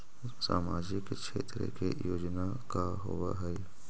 सामाजिक क्षेत्र के योजना का होव हइ?